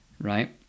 right